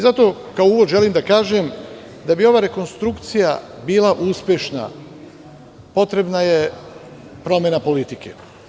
Zato kao uvod želim da kažem da bi ova rekonstrukcija bila uspešna potrebna je promena politike.